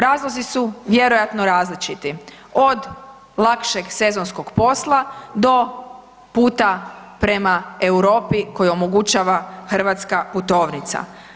Razlozi su vjerojatno različiti, od lakšeg sezonskog posla do puta prema Europi koja omogućava hrvatska putovnica.